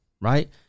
right